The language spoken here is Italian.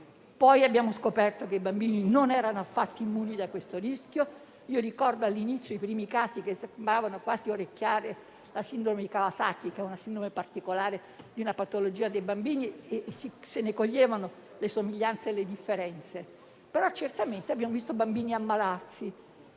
Poi abbiamo scoperto che i bambini non erano affatto immuni dal rischio: ricordo all'inizio i primi casi che sembravano quasi orecchiare la sindrome di Kawasaki, che è una sindrome particolare, una patologia che colpisce i bambini, perché se ne coglievano le somiglianze e le differenze. Però certamente abbiamo visto bambini ammalarsi